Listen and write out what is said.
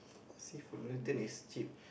seafood noodle is cheap